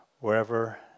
wherever